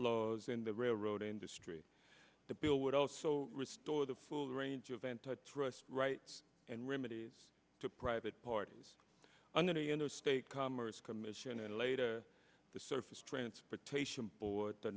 flaws in the railroad industry the bill would also restore the full range of antitrust rights and remedies to private parties under the interstate commerce commission and later the surface transportation board the